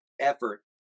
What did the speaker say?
effort